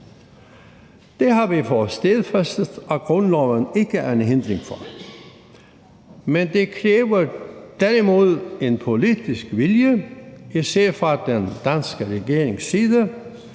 Det har vi fået stadfæstet Grundloven ikke er en hindring for, men det kræver derimod en politisk vilje, især fra den danske regerings side.